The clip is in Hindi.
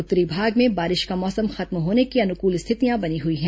उत्तरी भाग में बारिश का मौसम खत्म होने की अनुकूल रिथतियां बनी हुई हैं